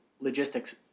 logistics